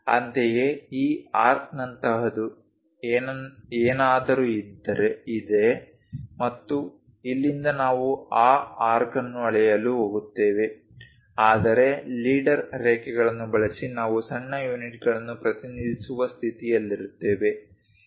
ಅಂತೆಯೇ ಈ ಆರ್ಕ್ನಂತಹದ್ದು ಏನಾದರೂ ಇದೆ ಮತ್ತು ಇಲ್ಲಿಂದ ನಾವು ಆ ಆರ್ಕ್ನನ್ನು ಅಳೆಯಲು ಹೋಗುತ್ತೇವೆ ಆದರೆ ಲೀಡರ್ ರೇಖೆಗಳನ್ನು ಬಳಸಿ ನಾವು ಸಣ್ಣ ಯೂನಿಟ್ಗಳನ್ನು ಪ್ರತಿನಿಧಿಸುವ ಸ್ಥಿತಿಯಲ್ಲಿರುತ್ತೇವೆ